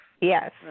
Yes